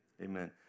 Amen